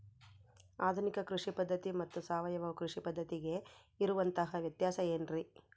ಆಧುನಿಕ ಕೃಷಿ ಪದ್ಧತಿ ಮತ್ತು ಸಾವಯವ ಕೃಷಿ ಪದ್ಧತಿಗೆ ಇರುವಂತಂಹ ವ್ಯತ್ಯಾಸ ಏನ್ರಿ?